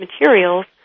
materials